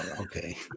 okay